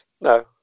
No